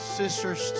sisters